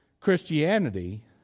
Christianity